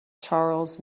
charles